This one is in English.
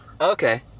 Okay